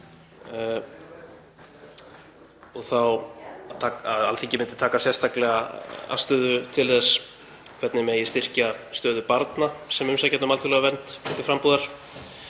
og þá að Alþingi myndi taka sérstaklega afstöðu til þess hvernig megi styrkja stöðu barna sem umsækjenda um alþjóðlega vernd til frambúðar